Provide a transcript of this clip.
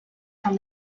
from